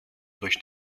durch